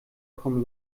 kommen